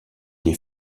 des